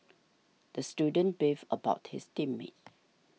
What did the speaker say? the student beefed about his team mates